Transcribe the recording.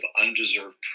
undeserved